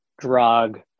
drug